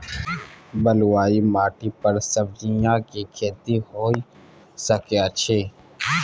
बलुआही माटी पर सब्जियां के खेती होय सकै अछि?